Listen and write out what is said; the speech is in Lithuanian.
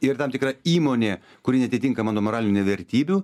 ir tam tikra įmonė kuri neatitinka mano moralinių vertybių